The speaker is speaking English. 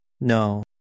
No